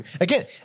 again